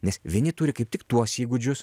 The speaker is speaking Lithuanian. nes vieni turi kaip tik tuos įgūdžius